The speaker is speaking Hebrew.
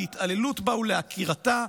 להתעללות בה ולעקירתה.